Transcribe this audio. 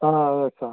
آ ٲٹھ ساس